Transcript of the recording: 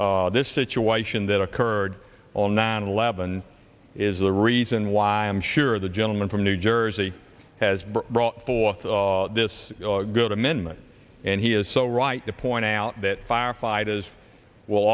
s this situation that occurred on nine eleven is the reason why i'm sure the gentleman from new jersey has brought forth this good amendment and he is so right to point out that firefighters will